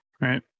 right